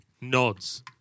nods